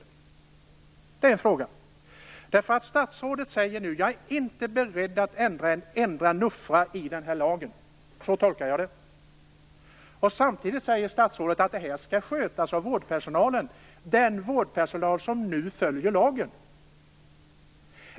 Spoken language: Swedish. Statsrådet säger nu att hon inte är beredd att ändra en enda bokstav i den här lagen. Så tolkar jag det. Samtidigt säger statsrådet att det här skall skötas av vårdpersonalen; den vårdpersonal som nu följer lagen.